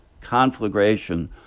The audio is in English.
conflagration